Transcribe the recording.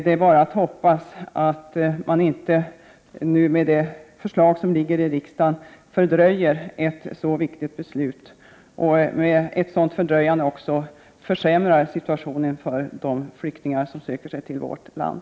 Det är bara att hoppas att man inte nu med det förslag som ligger i riksdagen fördröjer ett så viktigt beslut och med ett sådant fördröjande också försämrar situationen för de flyktingar som söker sig till vårt land.